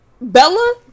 Bella